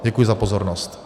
Děkuji za pozornost.